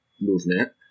movement